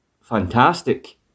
fantastic